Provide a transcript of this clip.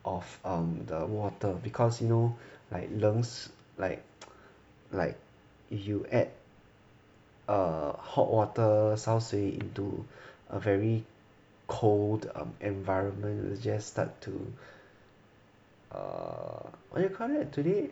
of um the water cause you know like like like if you add a hot water 烧水 into a very cold um environment you just start to err what you call it today